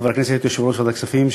חבר הכנסת ויושב-ראש ועדת הכספים,